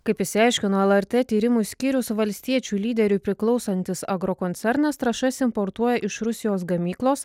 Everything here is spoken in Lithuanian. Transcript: kaip išsiaiškino lrt tyrimų skyriaus valstiečių lyderiui priklausantis agrokoncernas trąšas importuoja iš rusijos gamyklos